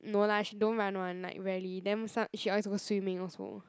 no lah she don't run [one] like rarely then some she always go swimming also